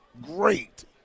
great